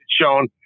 shown